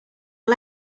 are